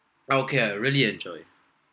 ah okay I really enjoyed